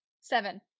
seven